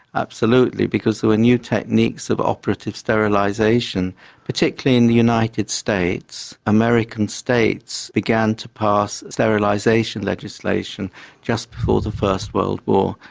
absolutely because there were new techniques of operative sterilisation particularly in the united states. american states began to pass sterilisation legislation just before the first world war.